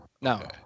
No